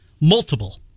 multiple